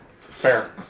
Fair